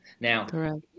Now